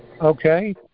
okay